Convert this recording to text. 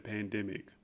Pandemic